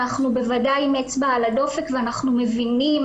אנחנו בוודאי עם אצבע על הדופק ואנחנו מבינים